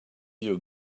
you